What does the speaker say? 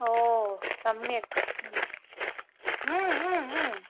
हो सम्यक्